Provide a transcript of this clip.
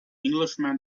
englishman